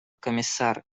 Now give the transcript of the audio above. комиссар